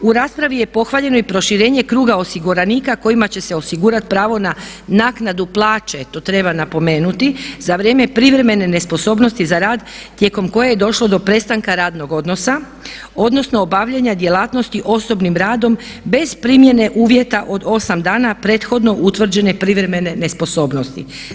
U raspravi je pohvaljeno i proširenje kruga osiguranika kojima će se osigurati pravo na naknadu plaće to treba napomenuti za vrijeme privremene nesposobnosti za rad tijekom koje je došlo do prestanka radnog odnosa, odnosno obavljanja djelatnosti osobnim radom bez primjene uvjeta od 8 dana prethodno utvrđene privremene nesposobnosti.